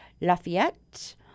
lafayette